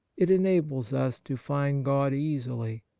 it enables us to find god easily.